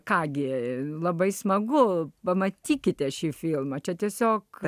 ką gi labai smagu pamatykite šį filmą čia tiesiog